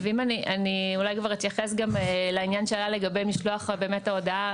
אני אולי אתייחס גם לעניין שעלה לגבי משלוח ההודעה